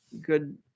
Good